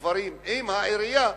בדברים עם העירייה,